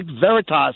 Veritas